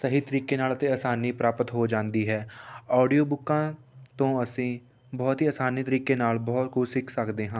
ਸਹੀ ਤਰੀਕੇ ਨਾਲ ਅਤੇ ਆਸਾਨੀ ਪ੍ਰਾਪਤ ਹੋ ਜਾਂਦੀ ਹੈ ਓਡੀਓ ਬੁੱਕਾਂ ਤੋਂ ਅਸੀਂ ਬਹੁਤ ਹੀ ਆਸਾਨੀ ਤਰੀਕੇ ਨਾਲ ਬਹੁਤ ਕੁਛ ਸਿੱਖ ਸਕਦੇ ਹਾਂ